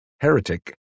heretic